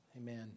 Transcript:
Amen